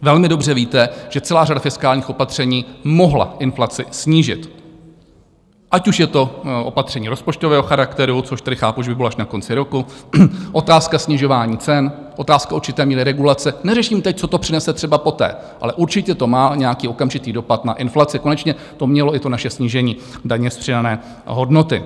Velmi dobře víte, že celá řada fiskálních opatření mohla inflaci snížit, ať už je to opatření rozpočtového charakteru, což tedy chápu, že by bylo až na konci roku, otázka snižování cen, otázka určité míry regulace neřeším teď, co to přinese třeba poté, ale určitě to má nějaký okamžitý dopad na inflaci, konečně to mělo i to naše snížení daně z přidané hodnoty.